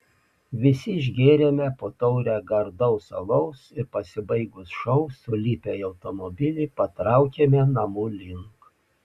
visi išgėrėme po taurę gardaus alaus ir pasibaigus šou sulipę į automobilį patraukėme namų link